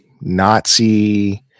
Nazi